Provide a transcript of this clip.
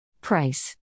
Price